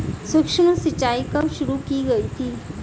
सूक्ष्म सिंचाई कब शुरू की गई थी?